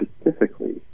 specifically